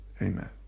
amen